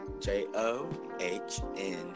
J-O-H-N